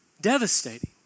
Devastating